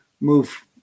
move